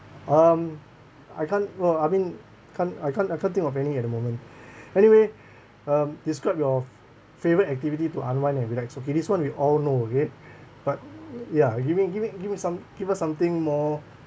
um I can't no I mean can't I can't I can't think of any at the moment anyway um describe your favorite activity to unwind and relax okay this [one] we all know okay but ya give me give me give me some give us something more